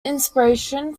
inspiration